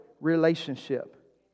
relationship